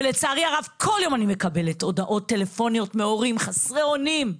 ולצערי הרב בכל יום אני מקבלת הודעות טלפוניות מהורים חסרי אונים.